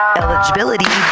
eligibility